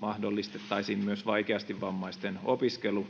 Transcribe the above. mahdollistettaisiin myös vaikeasti vammaisten opiskelu